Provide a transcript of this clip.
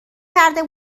کرده